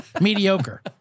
Mediocre